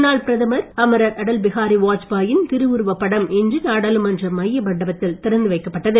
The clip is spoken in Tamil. முன்னாள் பிரதமர் அமரர் அடல்பிகாரி வாஜ்பாயின் திருவுருவப் படம் இன்று நாடாளுமன்ற மைய மண்டபத்தில் திறந்து வைக்கப்பட்டது